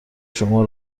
شما